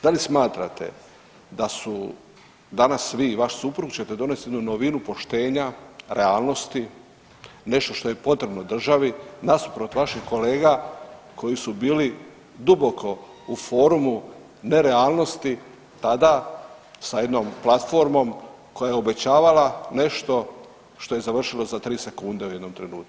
Da li smatrate da su danas, vi i vaš suprug ćete donesti jednu novinu poštenja, realnosti, nešto što je potrebno državi nasuprot vaših kolega koji su bili duboko u forumu nerealnosti tada sa jednom platformom koja je obećavala nešto što je završilo za tri sekunde u jednom trenutku?